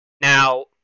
Now